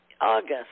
August